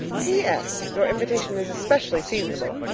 p s. your invitation is especially seasonable.